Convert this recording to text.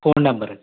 phone number అండి